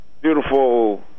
Beautiful